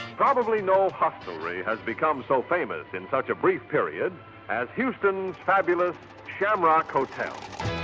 probably no hostelry has become so famous in such a brief period as houston's fabulous shamrock hotel.